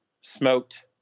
smoked